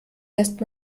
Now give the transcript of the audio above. lässt